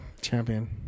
champion